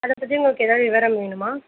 அதை பற்றி உங்களுக்கு ஏதாவது விவரம் வேணுமா